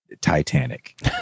Titanic